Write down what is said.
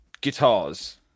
guitars